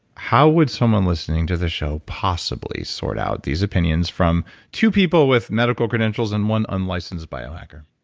how would someone listening to the show possibly sort out these opinions from two people with medical credentials and one unlicensed biohacker?